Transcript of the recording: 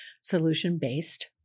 solution-based